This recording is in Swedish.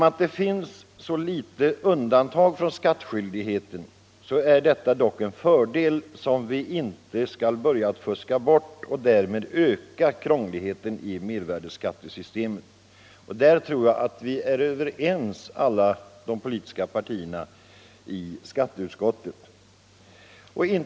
Att det finns så få undantag från skattskyldigheten är en fördel som vi inte bör börja fuska bort och därmed öka krångligheten i mervärdeskattesystemet. På den punkten tror jag att alla politiska partier som är representerade i skatteutskottet är överens.